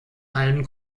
allen